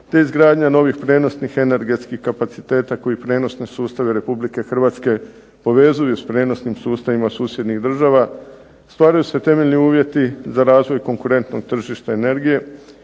te izgradnja novih prijenosnih energetskih kapaciteta koji prijenosne sustave RH povezuju s prijenosnim sustavima susjednih država stvaraju se temeljni uvjeti za razvoj konkurentnog tržišta energije